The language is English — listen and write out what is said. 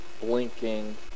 blinking